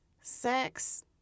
sex